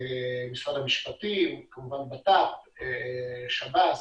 משרד המשפטים, כמובן בט"פ, שב"ס